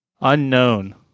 Unknown